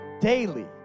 daily